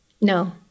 No